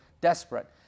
desperate